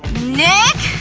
nick!